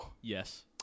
Yes